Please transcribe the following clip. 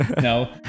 No